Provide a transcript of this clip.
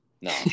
No